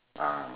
ah